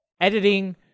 editing